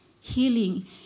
healing